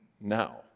now